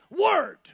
Word